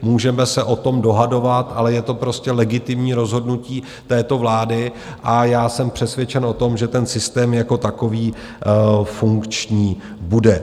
Můžeme se o tom dohadovat, ale je to prostě legitimní rozhodnutí této vlády, a já jsem přesvědčen o tom, že ten systém jako takový funkční bude.